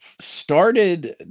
started